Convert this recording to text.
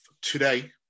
today